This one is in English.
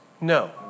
No